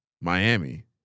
Miami